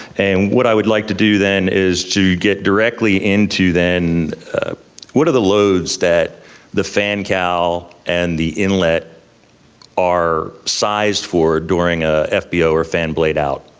and what i would like to do then is to get directly into then what are the loads that the fan cowl and the inlet are sized for during ah an fbo or fan blade out?